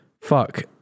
Fuck